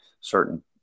certain